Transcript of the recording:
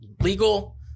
legal